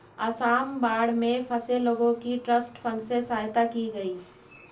आसाम की बाढ़ में फंसे लोगों की ट्रस्ट फंड से सहायता की गई